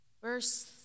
verse